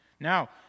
Now